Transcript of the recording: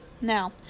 Now